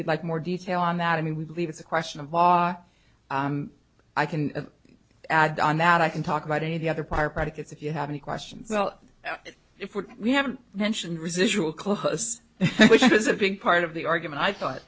you'd like more detail on that and we believe it's a question of law i can add on that i can talk about any of the other prior predicates if you have any questions well if we haven't mentioned residual close which is a big part of the argument i thought